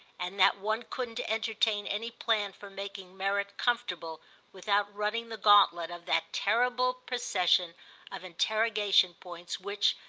and that one couldn't entertain any plan for making merit comfortable without running the gauntlet of that terrible procession of interrogation-points which,